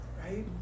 right